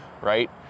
right